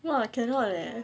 !wah! cannot leh